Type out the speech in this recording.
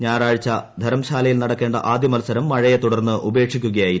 ഞായറാഴ്ച ധരംശാലയിൽ നടക്കേണ്ട ആദ്യ മത്സരം മഴയെത്തുടർന്ന് ഉപേക്ഷിക്കുകയായിരുന്നു